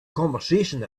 conversation